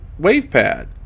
WavePad